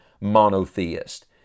monotheist